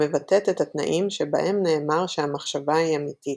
המבטאת את התנאים שבהם נאמר שהמחשבה היא אמיתית,